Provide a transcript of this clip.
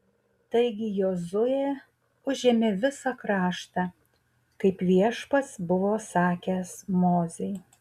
taigi jozuė užėmė visą kraštą kaip viešpats buvo sakęs mozei